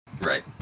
Right